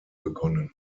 begonnen